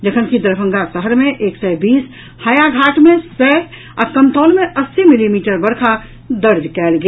जखनकि दरभंगा शहर मे एक सय बीस हायाघाट मे सय आ कमतौल मे अस्सी मिलीमीटर वर्षा दर्ज कयल गेल